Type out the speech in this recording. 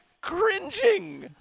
cringing